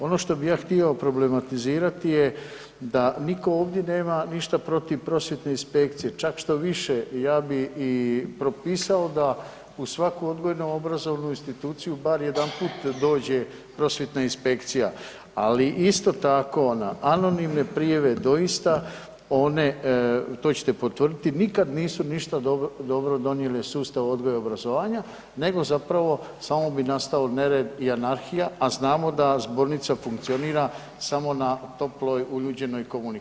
Ono što bih ja htio problematizirati je da nitko ovdje nema ništa protiv prosvjetne inspekcije, čak štoviše ja bih i propisao da u svaku odgojno obrazovnu instituciju bar jedanput dođe prosvjetna inspekcija, ali isto tako na anonimne prijave doista one, to ćete potvrditi, nikad nisu ništa dobro donijele sustavu odgoja i obrazovanja nego zapravo samo bi nastao nered i anarhija, a znamo da zbornica funkcionira samo na toploj uljuđenoj komunikaciji.